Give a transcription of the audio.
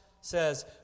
says